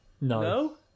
No